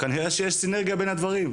כנראה שיש סינרגיה בין הדברים,